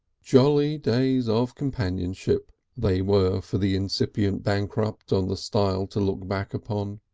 jolly days of companionship they were for the incipient bankrupt on the stile to look back upon.